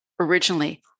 Originally